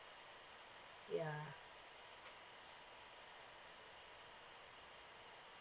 ya